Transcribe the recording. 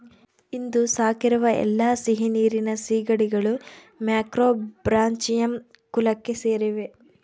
ಇಂದು ಸಾಕಿರುವ ಎಲ್ಲಾ ಸಿಹಿನೀರಿನ ಸೀಗಡಿಗಳು ಮ್ಯಾಕ್ರೋಬ್ರಾಚಿಯಂ ಕುಲಕ್ಕೆ ಸೇರಿವೆ